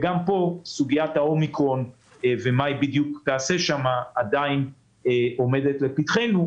גם פה סוגיית האומיקרון ומה היא בדיוק תעשה עדיין עומדת לפתחנו,